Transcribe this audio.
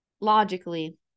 logically